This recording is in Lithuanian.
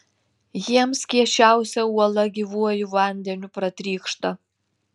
jiems kiečiausia uola gyvuoju vandeniu pratrykšta